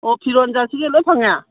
ꯑꯣ ꯐꯤꯔꯣꯟ ꯖꯔꯁꯤꯒ ꯂꯣꯏ ꯐꯪꯉꯦ